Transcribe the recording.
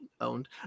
owned